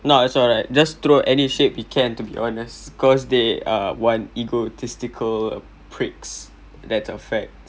nah it's all right just throw any shade we can to be honest cause they are one egotistical pricks that's a fact